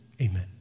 Amen